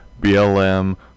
BLM